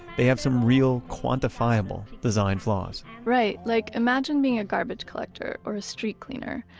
they have some real quantifiable design flaws right, like imagine being a garbage collector or a street cleaner,